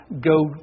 go